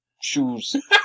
shoes